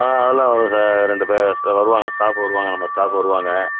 ஆ அதெலாம் வரும் சார் ரெண்டு பேர் வருவாங்கள் ஸ்டாஃப் வருவாங்கள் நம்ம ஸ்டாஃப் வருவாங்கள்